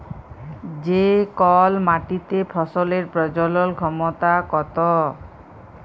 যে কল মাটিতে ফসলের প্রজলল ক্ষমতা কত